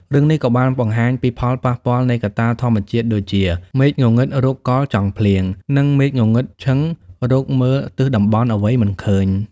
រឿងនេះក៏បានបង្ហាញពីផលប៉ះពាល់នៃកត្តាធម្មជាតិដូចជា "មេឃងងឹតរកកល់ចង់ភ្លៀង" និង "មេឃងងឹតឈឹងរកមើលទិសតំបន់អ្វីមិនឃើញ"។